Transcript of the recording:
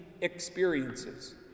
experiences